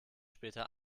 später